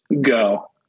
go